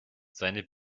seine